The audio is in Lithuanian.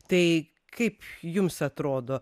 tai kaip jums atrodo